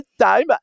time